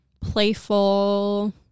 playful